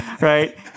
right